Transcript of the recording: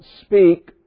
speak